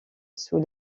sous